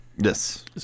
Yes